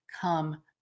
come